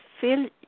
fill